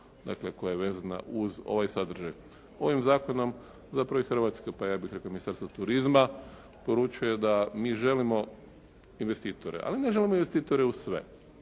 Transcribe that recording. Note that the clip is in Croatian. koja je vezana uz ovaj sadržaj. Ovim zakonom zapravo i Hrvatska pa ja bih rekao i Ministarstvo turizma poručuje da mi želimo investitore, ali ne želimo investitore u sve.